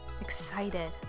excited